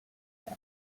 year